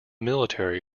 military